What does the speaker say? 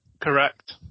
correct